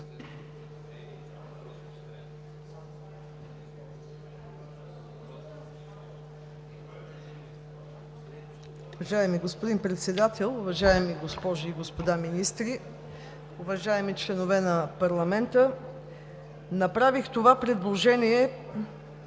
Уважаеми господин Председател, уважаеми госпожи и господа министри, уважаеми членове на парламента! Направих това предложение,